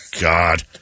God